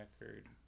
record